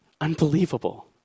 Unbelievable